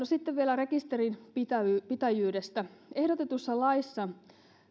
sitten vielä rekisterinpitäjyydestä ehdotetussa laissa